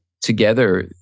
together